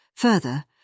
Further